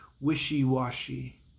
wishy-washy